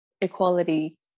equality